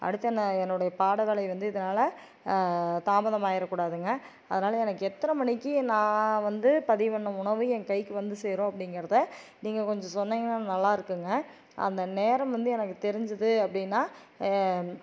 அடுத்து நான் என்னுடைய பாடவேளை வந்து இதனால் தாமதம் ஆயிறக்கூடாதுங்க அதனால் எனக்கு எத்தனை மணிக்கு நான் வந்து பதிவு பண்ண உணவு ஏன் கைக்கு வந்து சேரும் அப்படிங்கிறத நீங்கள் கொஞ்சம் சொன்னிங்கன்னா நல்லா இருக்குங்க அந்த நேரம் வந்து எனக்கு தெரிஞ்சிது அப்படின்னா